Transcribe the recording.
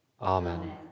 amen